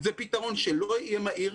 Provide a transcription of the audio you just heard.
זה פתרון שלא יהיה מהיר.